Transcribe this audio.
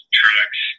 trucks